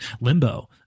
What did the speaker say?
Limbo